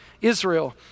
Israel